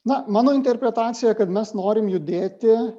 na mano interpretacija kad mes norim judėti